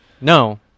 No